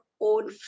own